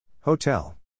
Hotel